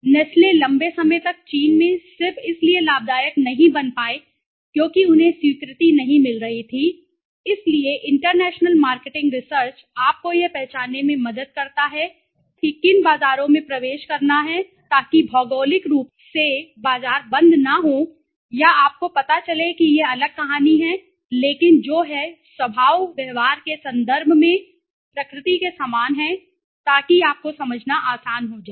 Nestle लंबे समय तक चीन में सिर्फ इसलिए लाभदायक नहीं बन पाए क्योंकि उन्हें स्वीकृति नहीं मिल रही थी इसलिए इंटरनेशनल मार्केटिंग रिसर्च आपको यह पहचानने में मदद करता है कि किन बाजारों में प्रवेश करना है ताकि भौगोलिक रूप से बाजार बंद न हों या आपको पता चले कि यह अलग कहानी है लेकिन जो हैं स्वभाव व्यवहार के संदर्भ में प्रकृति के समान है ताकि आपको समझना आसान हो जाए